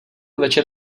večer